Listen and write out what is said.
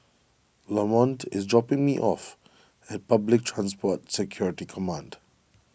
Lamont is dropping me off at Public Transport Security Command